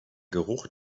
geruch